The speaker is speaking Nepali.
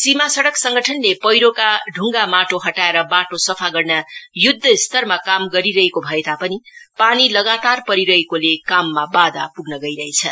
सीमा सड़क संगठनले पैह्रोका ढंगा माटो हटाएर बाटो सफा गर्न युद्यस्तरमा काम गरिरहेको भए तापनि पानी लगातार परिरहेकोले काममा बाधा पुग्न गइरहेछ